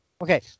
Okay